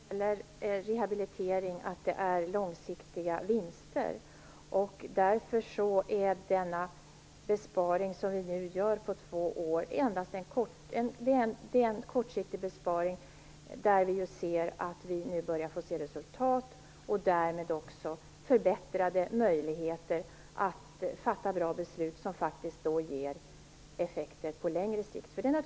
Herr talman! Rehabilitering ger naturligtvis långsiktiga vinster. Därför är den besparing som vi nu gör under två år endast en kortsiktig besparing, där vi nu börjar få se resultat och därmed också förbättrade möjligheter att fatta bra beslut, som faktiskt ger effekter på längre sikt.